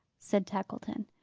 said tackleton.